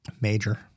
major